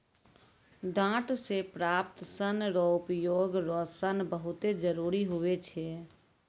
डांट से प्राप्त सन रो उपयोग रो सन बहुत जरुरी हुवै छै